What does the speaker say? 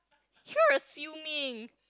so assuming